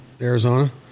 Arizona